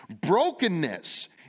Brokenness